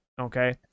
Okay